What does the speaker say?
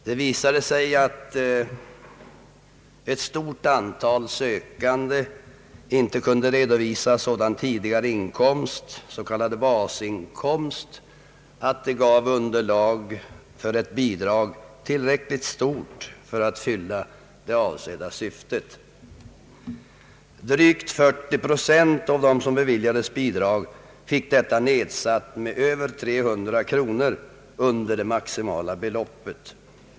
Det visade sig att ett stort antal sökande inte hade sådan tidigare inkomst, s.k. basinkomst, att den gav underlag för ett bidrag tillräckligt stort för att fylla det avsedda syftet. Drygt 40 procent av dem som beviljades bidrag fick detta nedsatt med mer än 300 kronor under det maximala beloppet.